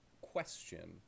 question